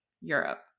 europe